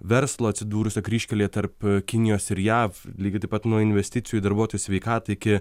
verslo atsidūrusio kryžkelėje tarp kinijos ir jav lygiai taip pat nuo investicijų į darbuotojų sveikatą iki